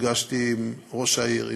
נפגשתי עם ראש העיר,